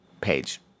Page